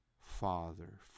Father